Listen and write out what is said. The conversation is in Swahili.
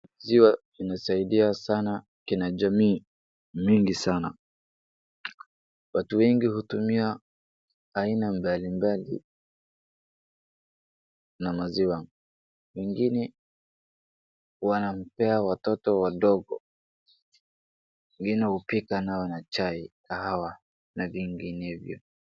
Maziwa inasaidia sana jamii mingi sana. Watu wengi hutumia aina mbalimbali ya maziwa. Wengine wanawapea watoto wadogo, wengine hupika nayo na chai, kahawa na vinginevyo.